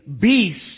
beast